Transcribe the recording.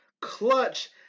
clutch